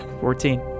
Fourteen